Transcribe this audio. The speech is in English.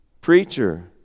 preacher